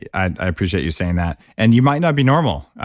and i appreciate you saying that and you might not be normal.